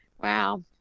wow